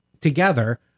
together